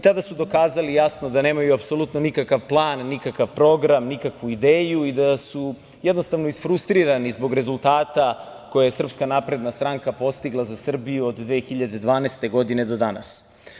Tada su jasno dokazali da nemaju apsolutno nikakav plan, nikakav program, nikakvu ideju i da su jednostavno isfrustrirani zbog rezultata koje je SNS postigla za Srbiju od 2012. godine do danas.